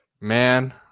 man